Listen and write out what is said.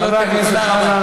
חבר הכנסת חזן.